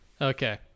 Okay